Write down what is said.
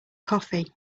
coffee